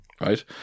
right